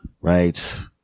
right